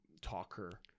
talker